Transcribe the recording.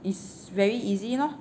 it's very easy lor